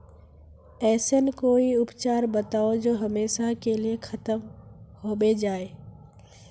ऐसन कोई उपचार बताऊं जो हमेशा के लिए खत्म होबे जाए?